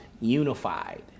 unified